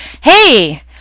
Hey